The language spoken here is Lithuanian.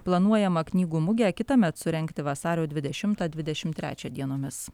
planuojama knygų mugę kitąmet surengti vasario dvidešimtą dvidešimt trečią dienomis